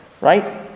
right